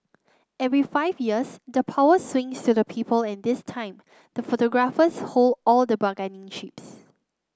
every five years the power swings to the people and this time the photographers hold all the bargaining chips